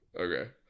Okay